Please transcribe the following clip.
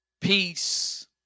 peace